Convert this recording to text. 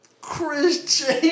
Chris